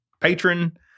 patron